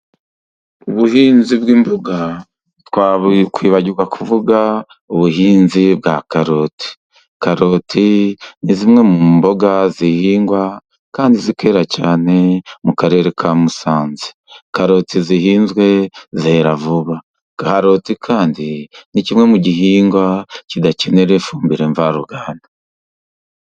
Ubuhinzi bw'imboga ntitwakwibagirwa kuvuga ubuhinzi bwa karoti. Karoti ni zimwe mu mboga zihingwa kandi zikera cyane mu Karere ka Musanze. Karoti zihinzwe zera vuba, karoti kandi ni kimwe mu gihingwa kidakenera ifumbire mvaruganda.